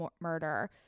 murder